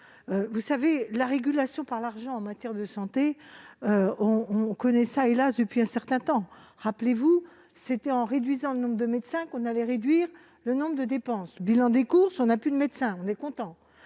révolter ! La régulation par l'argent en matière de santé, on connaît, hélas ! depuis un certain temps. Rappelez-vous, c'était en réduisant le nombre de médecins qu'on allait diminuer les dépenses ... Bilan des courses, on n'a plus de médecins ! Ici, on nous